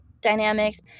dynamics